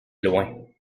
loin